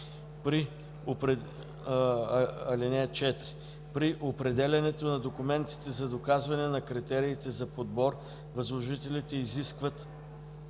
При определянето на документите за доказване на критериите за подбор възложителите изискват